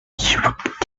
shrugged